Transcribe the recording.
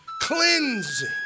cleansing